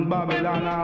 Babylon